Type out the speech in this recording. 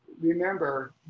Remember